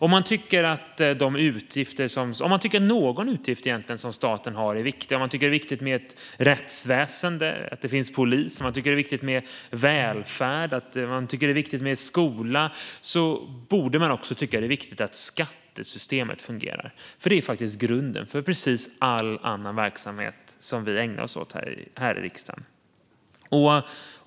Om man tycker att någon utgift staten har är viktig - om man tycker att det är viktigt med rättsväsen, med polis, med välfärd och med skola - borde man också tycka att det är viktigt att skattesystemet fungerar. Det är faktiskt grunden för precis all annan verksamhet som vi ägnar oss åt här i riksdagen.